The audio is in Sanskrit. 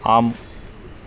आम्